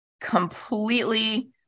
completely